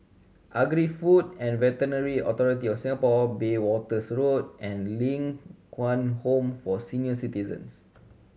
Agri Food and Veterinary Authority of Singapore Bayswaters Road and Ling Kwang Home for Senior Citizens